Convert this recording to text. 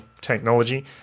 technology